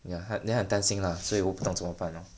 ya 他很担心 lah 所以我不懂怎么办 loh